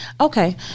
Okay